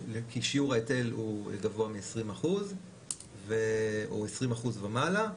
כי שיעור ההיטל הוא גבוה מ-20% או 20% ומעלה.